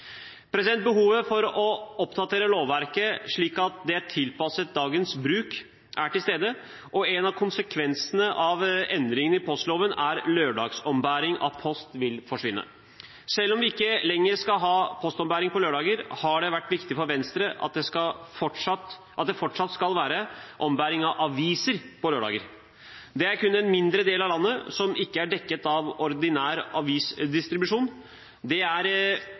Behovet for å oppdatere lovverket slik at det er tilpasset dagens bruk er til stede, og en av konsekvensene av endringene i postloven er at lørdagsombæring av post vil forsvinne. Selv om vi ikke lenger skal ha postombæring på lørdager, har det vært viktig for Venstre at det fortsatt skal være ombæring av aviser på lørdager. Det er kun en mindre del av landet som ikke er dekket av ordinær avisdistribusjon. Det er